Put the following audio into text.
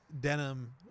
denim